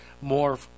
more